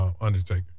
Undertaker